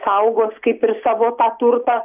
saugos kaip ir savo tą turtą